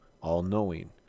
all-knowing